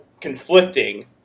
conflicting